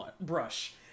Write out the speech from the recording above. brush